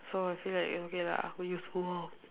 so I feel like okay lah very useful